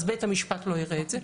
אז בית המשפט לא יראה את זה.